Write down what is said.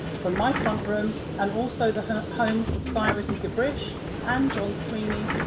from my front-room and also the homes of cyrus gabrysch and john sweeney,